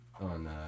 on